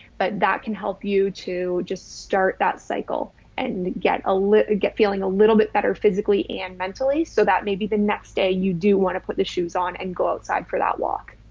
but that can help you to just start that cycle and get a little, get feeling a little bit better physically and mentally. so that maybe the next day you do want to put the shoes on and go outside for that walk.